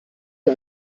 wir